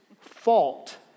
fault